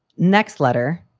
next letter,